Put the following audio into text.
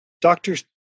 doctors